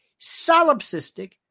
solipsistic